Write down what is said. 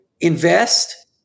invest